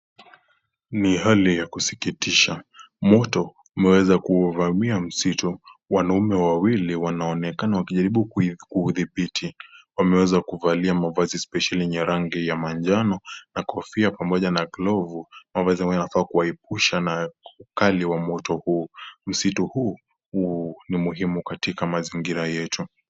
Ni hali ya kusikitisha. Moto umeweza kuuvamia msitu. Wanaume wawili wanaonekana wakijaribu kuudhibiti. Wameweza kuvalia mavazi spesheli yenye rangi ya manjano na kofia pamoja na glovu, inafaa kuwaepusha na ukali wa moto huu. Msitu huu ni muhimu katika mazingira yetu.